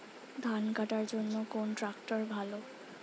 ধান কাটার জন্য কোন ট্রাক্টর ভালো?